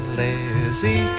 lazy